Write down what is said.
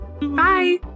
Bye